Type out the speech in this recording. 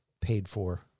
paid-for